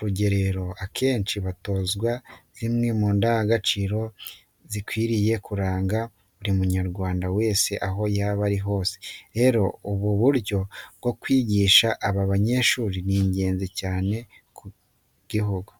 rugerero, akenshi batozwa zimwe mu ndangagaciro zikwiye kuranga buri Munyarwanda wese aho yaba ari hose. Rero ubu buryo bwo kwigisha aba banyeshuri ni ingenzi cyane ku gihugu.